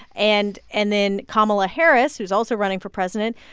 and and then kamala harris, who's also running for president,